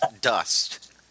dust